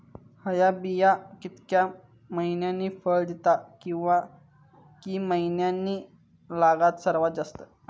हया बिया कितक्या मैन्यानी फळ दिता कीवा की मैन्यानी लागाक सर्वात जाता?